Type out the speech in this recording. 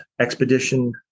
Expedition